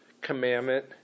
commandment